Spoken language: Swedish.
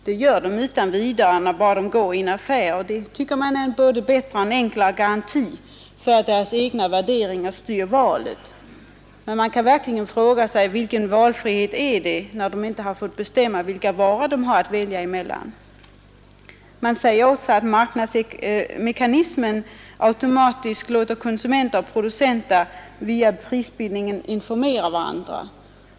Det gör de utan vidare bara de går i en affär. Det tycker man är en både bättre och enklare garanti för att deras egna värderingar styr valet. Det kan verkligen ifrågasättas vilken valfrihet konsumenterna har när de inte fått bestämma vilka varor de skall ha att välja mellan. Man säger också att marknadsmekanismen automatiskt låter konsumenter och producenter via prisbildningen informera varandra.